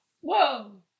whoa